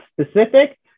specific